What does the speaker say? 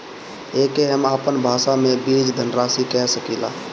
एके हम आपन भाषा मे बीज धनराशि कह सकीला